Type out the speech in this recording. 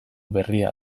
berria